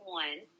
one